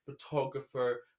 photographer